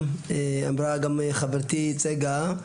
שלום,